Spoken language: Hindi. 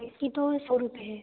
इसकी तो सौ रुपए है